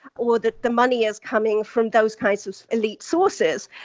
or that the money is coming from those kinds of elite sources.